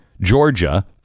georgia